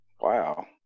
Wow